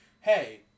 hey